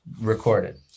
recorded